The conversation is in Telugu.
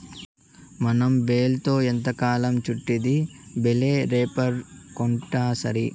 మనం బేల్తో ఎంతకాలం చుట్టిద్ది బేలే రేపర్ కొంటాసరి